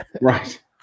Right